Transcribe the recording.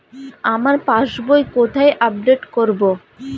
আমার পাস বই কোথায় আপডেট করব?